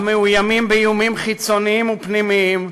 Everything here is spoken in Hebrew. המאוימים באיומים חיצוניים ופנימיים,